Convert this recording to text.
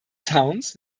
towns